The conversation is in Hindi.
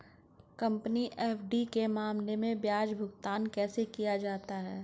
कंपनी एफ.डी के मामले में ब्याज भुगतान कैसे किया जाता है?